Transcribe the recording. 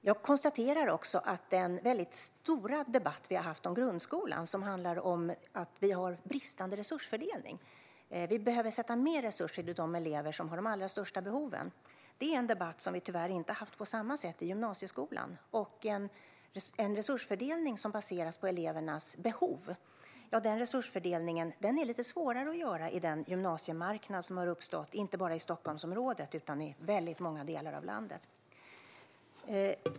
Vi har haft en stor debatt om grundskolan som handlar om att vi har bristande resursfördelning och att vi behöver tillföra mer resurser till de elever som har de allra största behoven. Det är en debatt som vi tyvärr inte haft på samma sätt vad gäller gymnasieskolan. En resursfördelning som baseras på elevernas behov är lite svårare att göra med den gymnasiemarknad som har uppstått inte bara i Stockholmsområdet utan i väldigt många delar av landet.